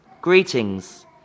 greetings